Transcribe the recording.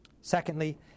Secondly